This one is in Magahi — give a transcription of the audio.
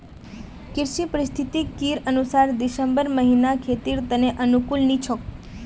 कृषि पारिस्थितिकीर अनुसार दिसंबर महीना खेतीर त न अनुकूल नी छोक